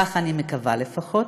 כך אני מקווה, לפחות,